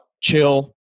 chill